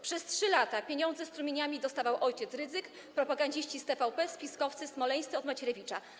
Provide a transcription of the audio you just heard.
Przez 3 lata pieniądze strumieniami dostawał ojciec Rydzyk, propagandziści z TVP, spiskowcy smoleńscy od Macierewicza.